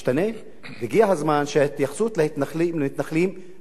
והגיע הזמן שההתייחסות למתנחלים גם תשתנה.